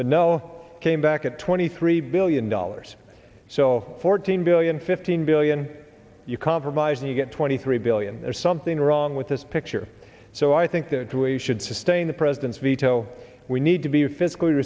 but no came back at twenty three billion dollars so fourteen billion fifteen billion you cover buys and you get twenty three billion there's something wrong with this picture so i think that to a should sustain the president's veto we need to be